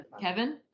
kevin